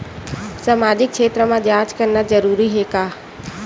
सामाजिक क्षेत्र म जांच करना जरूरी हे का?